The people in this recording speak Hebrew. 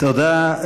תודה.